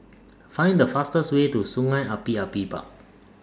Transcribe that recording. Find The fastest Way to Sungei Api Api Park